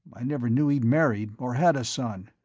i never knew he'd married or had a son.